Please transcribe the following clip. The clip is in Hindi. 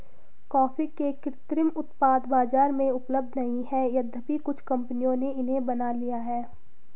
कॉफी के कृत्रिम उत्पाद बाजार में उपलब्ध नहीं है यद्यपि कुछ कंपनियों ने इन्हें बना लिया है